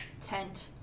tent